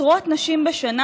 עשרות נשים בשנה,